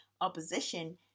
opposition